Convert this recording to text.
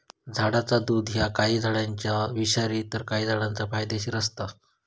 झाडाचा दुध ह्या काही झाडांचा विषारी तर काही झाडांचा फायदेशीर असता